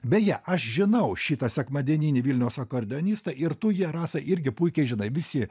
beje aš žinau šitą sekmadieninį vilniaus akordeonistą ir tu ją rasa irgi puikiai žinai visi